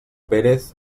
pérez